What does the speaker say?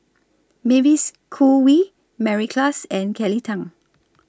Mavis Khoo Oei Mary Klass and Kelly Tang